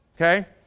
okay